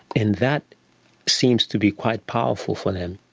and that seems to be quite powerful for them.